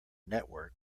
network